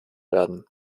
werden